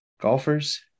golfers